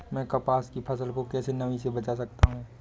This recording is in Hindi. मैं कपास की फसल को कैसे नमी से बचा सकता हूँ?